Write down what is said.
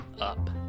up